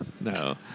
No